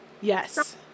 yes